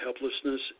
helplessness